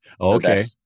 Okay